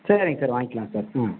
சரிங்க சார் வாங்கிக்கலாம் சார் ம்